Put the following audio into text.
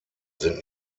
sind